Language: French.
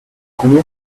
combien